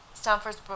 Stanford's